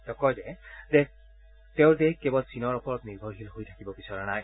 তেওঁ কয় যে তেওঁৰ দেশ কেৱল চীনৰ ওপৰত নিৰ্ভৰশীল হৈ থাকিব বিচৰা নাই